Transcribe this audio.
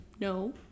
no